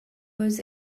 was